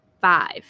five